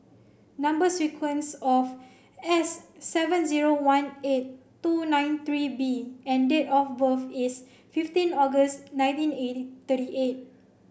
number sequence of S seven zero one eight two nine three B and date of birth is fifteen August nineteen eighty thirty eight